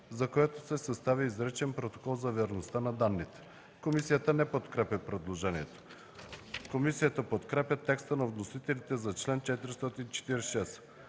за което се съставя изричен протокол за верността на данните.” Комисията не подкрепя предложението. Комисията подкрепя текста на вносителите за чл. 446.